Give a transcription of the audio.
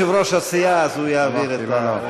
אבל הוא יושב-ראש הסיעה, והוא יעביר את זה.